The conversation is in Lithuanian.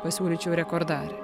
pasiūlyčiau rekordarė